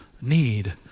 need